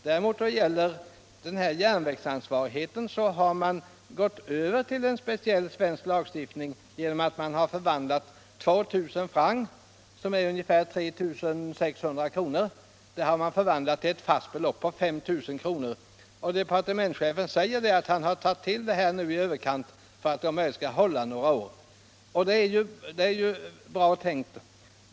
I vad gäller järnvägsansvarigheten har man däremot gått över till en speciell svensk lagstiftning genom att man har förvandlat 2000 francs, som är ungefär 3 600 kr., till ett fast belopp på 5000 kr. Departementschefen säger att han har tagit till' beloppet i överkant för att det skall hålla några år, och det är ju bra tänkt.